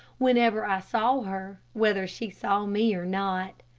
whenever i saw her, whether she saw me or not.